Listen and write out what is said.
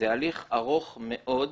זה הליך ארוך מאוד.